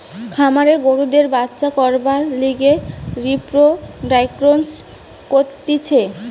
খামারে গরুদের বাচ্চা করবার লিগে রিপ্রোডাক্সন করতিছে